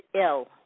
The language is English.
ill